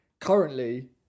currently